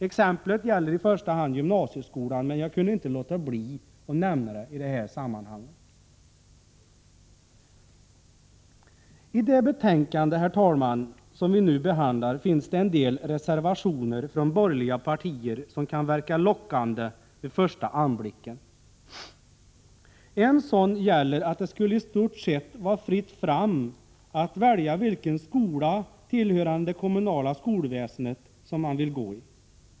Exemplet gäller i första hand gymnasieskolan, men jag kunde inte låta bli att nämna det i sammanhanget. Herr talman! I det betänkande vi nu behandlar finns en del reservationer från borgerliga partier som kan verka lockande vid första anblicken. En sådan reservation gäller att det i stort sett skulle vara fritt fram att välja vilken skola tillhörande det kommunala skolväsendet som man vill gå i.